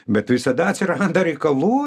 bet visada atsiranda reikalų